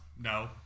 No